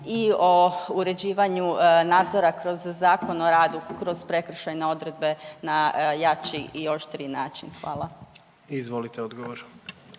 i o uređivanju nadzora kroz Zakon o radu, kroz prekršajne odredbe na jači i oštriji način. Hvala. **Jandroković,